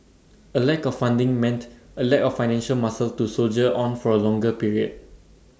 A lack of funding meant A lack of financial muscle to soldier on for A longer period